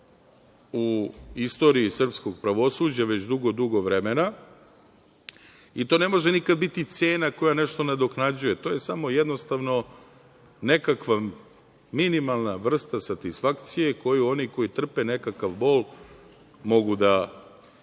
u istoriji srpskog pravosuđa, već dugo, dugo vremena i to ne može nikad biti cena koja nešto nadoknađuje, to je samo jednostavno nekakva minimalna vrsta satisfakcije koju oni koji trpe nekakav bol mogu da eto